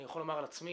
אני יכול לומר על עצמי,